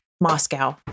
moscow